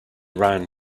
ran